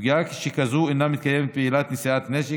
פגיעה שכזו אינה מתקיימת בעילת נשיאת נשק,